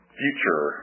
future